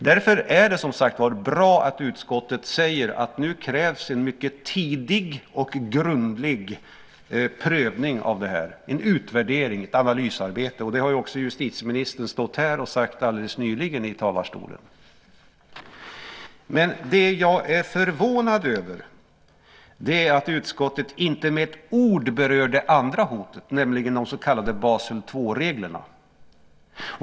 Därför är det bra att utskottet säger att det nu krävs en mycket tidig och grundlig prövning, en utvärdering och ett analysarbete. Det har också justitieministern stått här och sagt alldeles nyligen i talarstolen. Det jag är förvånad över är att utskottet inte med ett ord berör det andra hotet, nämligen de så kallade Basel 2-reglerna.